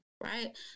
Right